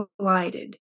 collided